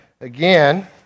again